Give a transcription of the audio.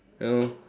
you know